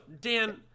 Dan